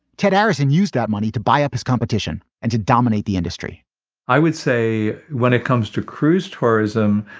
ted arison used that money to buy up his competition and to dominate the industry i would say when it comes to cruise tourism,